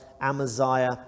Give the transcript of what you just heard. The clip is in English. Amaziah